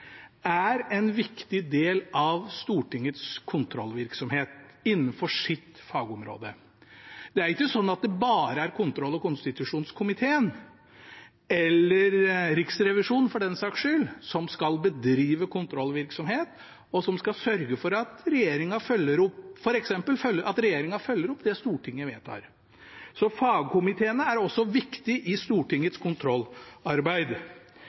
er en viktig del av Stortingets kontrollvirksomhet innenfor sitt fagområde. Det er ikke sånn at det bare er kontroll- og konstitusjonskomiteen, eller Riksrevisjonen for den saks skyld, som skal bedrive kontrollvirksomhet, og som skal sørge for at regjeringen følger opp det Stortinget vedtar. Fagkomiteene er også viktige i Stortingets kontrollarbeid.